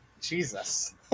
Jesus